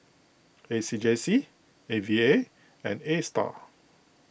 A C J C A V A and A star